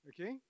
Okay